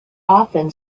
often